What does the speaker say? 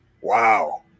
wow